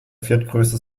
viertgrößte